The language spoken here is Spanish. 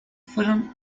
fueron